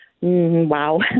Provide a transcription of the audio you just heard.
wow